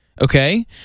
Okay